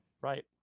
right